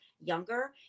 younger